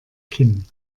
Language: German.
kinn